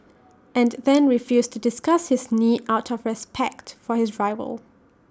and then refused to discuss his knee out of respect for his rival